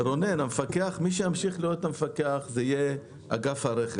מי שימשיך להיות המפקח, יהיה אגף הרכב.